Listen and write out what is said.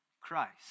Christ